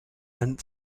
and